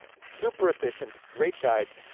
super efficient, great guides.